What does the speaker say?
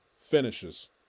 finishes